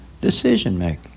decision-making